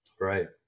Right